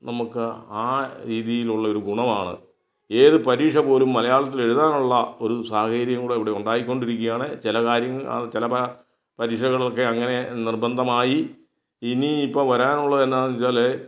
നമുക്ക് ആ രീതിയിലുള്ള ഒരു ഗുണമാണ് ഏതു പരീക്ഷ പോലും മലയാളത്തിൽ എഴുതാനുള്ള ഒരു സാഹചര്യം കൂടി ഇവിടെ ഉണ്ടായി കൊണ്ടിരിക്കുകയാണ് ചില കാര്യങ്ങൾ ചിലപ്പം പരീക്ഷകളൊക്കെ അങ്ങനെ നിർബന്ധമായി ഇനി ഇപ്പം വരാനുള്ളത് എന്താണെന്ന് വെച്ചാൽ